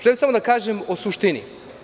Želim samo da kažem o suštini.